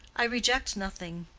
i reject nothing,